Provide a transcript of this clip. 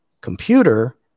computer